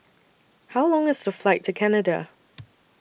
How Long IS The Flight to Canada